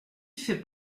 fait